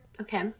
Okay